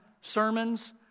sermons